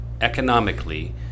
economically